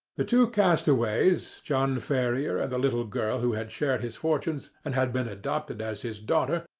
the two castaways, john ferrier and the little girl who had shared his fortunes and had been adopted as his daughter,